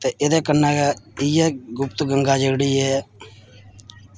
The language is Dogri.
ते एह्दे कन्नै इ'यै गुप्त गंगा जेह्ड़ी ऐ